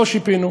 לא שיפינו.